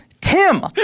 Tim